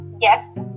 Yes